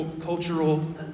Cultural